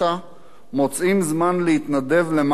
מוצאים זמן להתנדב למען האחר,